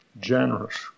Generous